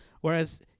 Whereas